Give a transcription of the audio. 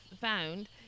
found